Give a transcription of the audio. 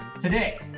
Today